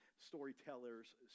Storytellers